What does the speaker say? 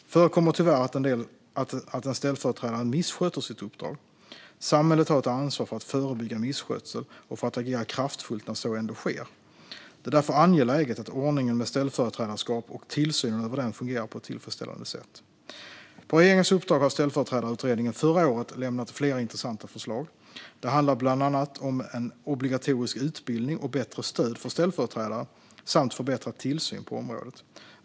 Det förekommer tyvärr att en ställföreträdare missköter sitt uppdrag. Samhället har ett ansvar för att förebygga misskötsel och för att agera kraftfullt när så ändå sker. Det är därför angeläget att ordningen med ställföreträdarskap och tillsynen över den fungerar på ett tillfredsställande sätt. På regeringens uppdrag har Ställföreträdarutredningen förra året lämnat flera intressanta förslag. Det handlar bland annat om obligatorisk utbildning och bättre stöd för ställföreträdare samt förbättrad tillsyn på området.